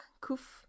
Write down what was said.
Kuf